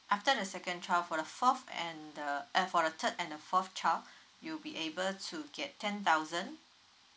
after the second child for the fourth and the uh for the third and the fourth child you'll be able to get ten thousand